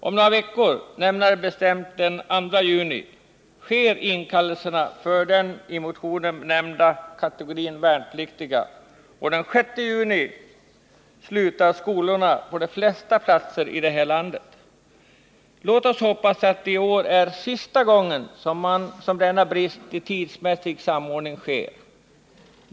Om några veckor, närmare bestämt den 2 juni, sker inkallelserna för den i motionen nämnda kategorin värnpliktiga, och den 6 juni slutar skolorna på de flesta platser i landet. Låt oss hoppas att det i år är sista gången som denna brist i fråga om tidsmässig samordning skall råda.